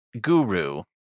guru